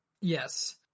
Yes